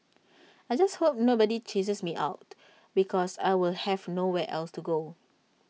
I just hope nobody chases me out because I will have nowhere else to go